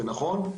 זה נכון,